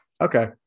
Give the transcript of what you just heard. Okay